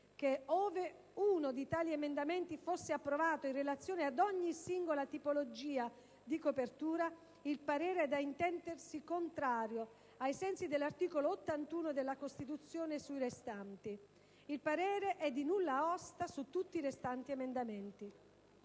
che ove uno di tali emendamenti fosse approvato in relazione ad ogni singola tipologia di copertura il parere è da intendersi contrario, ai sensi dell'articolo 81 della Costituzione, sui restanti. Il parere è di nulla osta su tutti i restanti emendamenti».